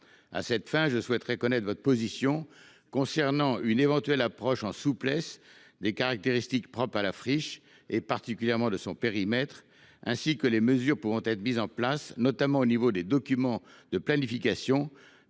À cette fin, je souhaiterais connaître votre position concernant une éventuelle approche en souplesse des caractéristiques propres à la friche, et particulièrement de son périmètre, ainsi que les mesures pouvant être mises en place, notamment au niveau des documents de planification,